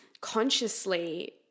consciously